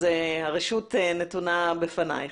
הרשות נתונה לך.